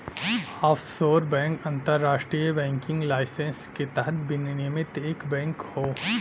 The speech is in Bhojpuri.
ऑफशोर बैंक अंतरराष्ट्रीय बैंकिंग लाइसेंस के तहत विनियमित एक बैंक हौ